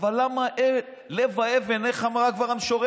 ובהם שרת